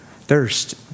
Thirst